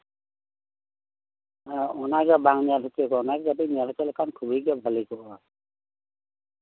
ᱚᱱᱟᱜᱮ ᱵᱟᱝ ᱧᱮᱞ ᱦᱚᱪᱚ ᱦᱩᱭ ᱟᱠᱟᱱᱟ ᱚᱱᱟᱜᱮ ᱧᱮᱞ ᱦᱚᱪᱚ ᱞᱮᱠᱷᱟᱱ ᱠᱷᱩᱵᱮᱭ ᱜᱮ ᱵᱷᱟᱹᱜᱮ ᱠᱚᱜᱼᱟ